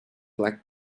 black